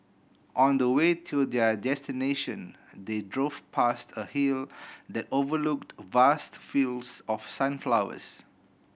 on the way to their destination they drove past a hill that overlooked vast fields of sunflowers